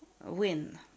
win